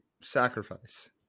sacrifice